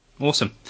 Awesome